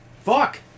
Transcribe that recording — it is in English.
Fuck